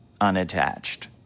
unattached